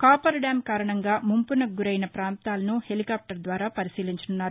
copper dam కారణంగా ముంపునకు గురైన ప్రాంతాలను హెలికాప్టర్ ద్వారా పరిశీలించనున్నారు